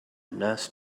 nurse